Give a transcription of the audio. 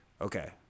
okay